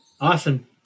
Awesome